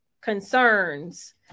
concerns